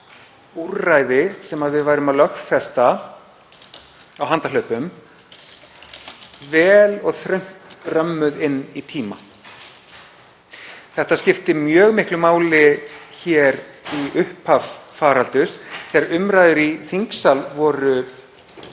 úrræði sem við værum að lögfesta á handahlaupum vel og þröngt römmuð inn í tíma. Þetta skipti mjög miklu máli í upphafi faraldursins þegar umræður í þingsal voru